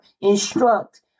instruct